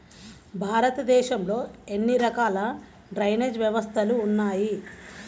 భారతదేశంలో ఎన్ని రకాల డ్రైనేజ్ వ్యవస్థలు ఉన్నాయి?